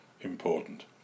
important